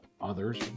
others